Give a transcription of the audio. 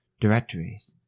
directories